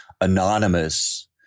anonymous